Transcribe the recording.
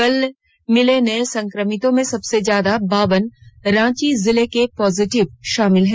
कल मिले नए संक्रमितों में सबसे ज्यादा बावन रांची जिले के पॉजिटिव शामिल हैं